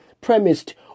premised